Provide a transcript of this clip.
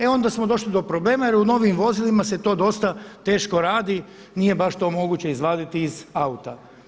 E onda smo došli do problema jer u novim vozilima se to dosta teško radi, nije baš to moguće izvaditi iz auta.